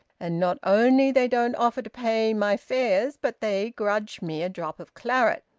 and not only they don't offer to pay my fares, but they grudge me a drop of claret!